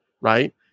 right